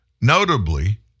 Notably